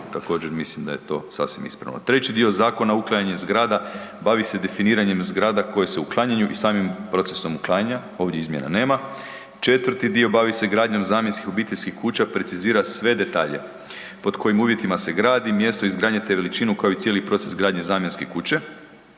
također, mislim da je to sasvim ispravno. Treći dio zakona, uklanjanje zgrada, bavi se definiranjem zgrada koje se uklanjaju i samim procesom uklanjanja. Ovdje izmjena nema. 4. dio bavi se gradnjom zamjenskih obiteljskih kuća, precizira sve detalje, pod kojim uvjetima se gradi, mjesto izgradnje te veličinu, kao i cijeli proces gradnje zamjenske kuće.